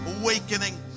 awakening